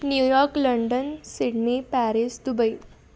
New York London Sydney Paris Dubai